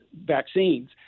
vaccines